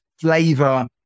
flavor